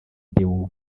deo